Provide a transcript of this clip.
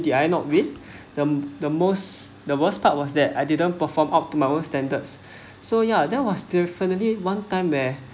the eye not with the the most the worst part was that I didn't perform optimized standards so ya that was definitely one time where